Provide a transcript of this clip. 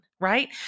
right